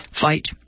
fight